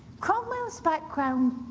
cromwell's background,